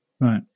right